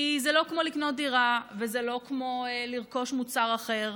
כי זה לא מה לקנות דירה וזה לא כמו לרכוש מוצר אחר,